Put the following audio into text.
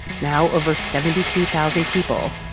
now over seventy two thousand people,